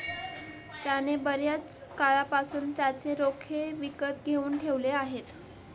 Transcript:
त्याने बर्याच काळापासून त्याचे रोखे विकत घेऊन ठेवले आहेत